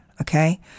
okay